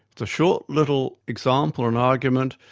the short little example and argument,